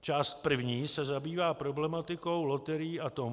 Část první se zabývá problematikou loterií a tombol.